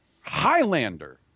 Highlander